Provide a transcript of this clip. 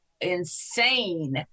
insane